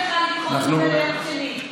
אנחנו מציעים לך לדחות את זה ליום שני.